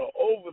over